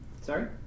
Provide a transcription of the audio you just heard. sorry